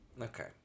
Okay